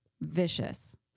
Vicious